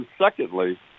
secondly